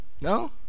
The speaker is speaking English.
No